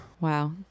Wow